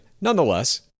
Nonetheless